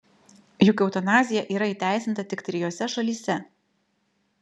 juk eutanazija yra įteisinta tik trijose šalyse